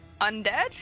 undead